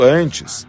antes